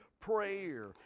prayer